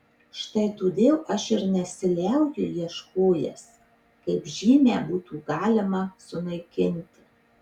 štai todėl aš ir nesiliauju ieškojęs kaip žymę būtų galima sunaikinti